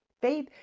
Faith